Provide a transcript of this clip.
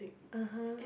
(uh huh)